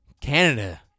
Canada